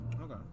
Okay